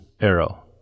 arrow